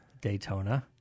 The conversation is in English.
Daytona